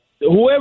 whoever